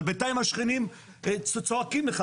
אבל בנתיים השכנים צועקים לך.